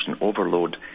overload